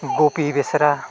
Gopi Besra